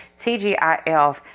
TGIF